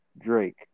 Drake